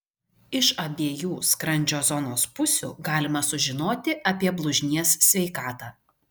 iš abiejų skrandžio zonos pusių galima sužinoti apie blužnies sveikatą